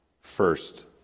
First